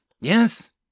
Yes